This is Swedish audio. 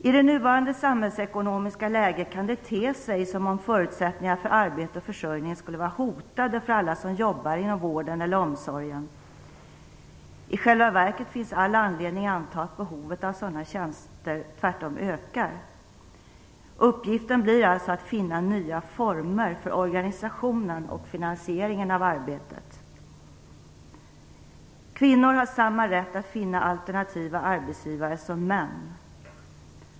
I det nuvarande samhällsekonomiska läget kan det te sig som om förutsättningarna för arbete och försörjning skulle vara hotade för alla som jobbar inom vården eller omsorgen. I själva verket finns all anledning att anta att behovet av sådana tjänster tvärtom ökar. Uppgiften blir alltså att finna nya former för organisationen och finansieringen av arbetet. Kvinnor har samma rätt att finna alternativa arbetsgivare som män.